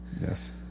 Yes